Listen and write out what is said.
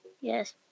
Yes